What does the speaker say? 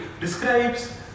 describes